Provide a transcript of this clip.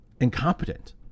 incompetent